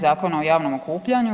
Zakona o javnom okupljanju.